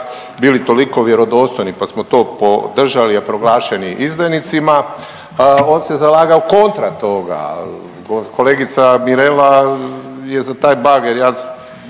bili toliko vjerodostojni pa smo to podržali, a proglašeni izdajnicima on se zalagao kontra toga. Kolegica Mirela je za taj bager